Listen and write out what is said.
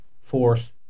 force